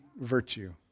virtue